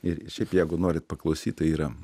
ir šiaip jeigu norit paklausyt tai yra